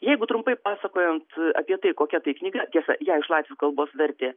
jeigu trumpai pasakojant apie tai kokia tai knyga tiesa ją iš latvių kalbos vertė jurgis banevičius